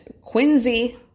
Quincy